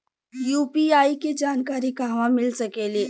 UPI के जानकारी कहवा मिल सकेले?